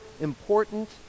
important